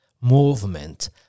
movement